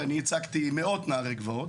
אני הרי ייצגתי מאות נערי גבעות,